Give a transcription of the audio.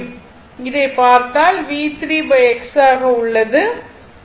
இதைப் பார்த்தால் V3 x ஆக உள்ளது